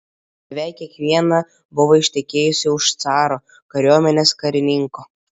beveik kiekviena buvo ištekėjusi už caro kariuomenės karininko